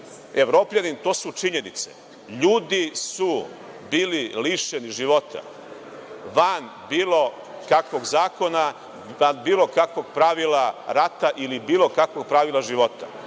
Evropljanin. To su činjenice. Ljudi su bili lišeni života van bilo kakvog zakona, van bilo kakvog pravila rata ili bilo kakvog pravila života